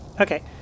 Okay